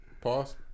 Pause